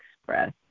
express